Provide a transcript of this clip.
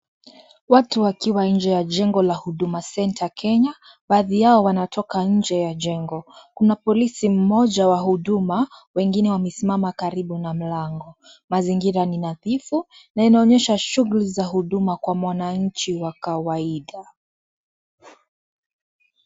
Watu wakiwa nje ya jengo la Huduma center Kenya. Baadhi yao wanatoka nje ya jengo. Kuna polisi mmoja wa huduma , wengine wamesimama karibu na mlango . Mazingira ni nadhifu na inaoyesha shughuki za huduma Kwa mwanachi wa kawaida.